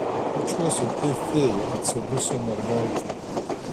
jaučiuosi kaip fėja atsiduso mergaitė